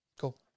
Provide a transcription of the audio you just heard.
Cool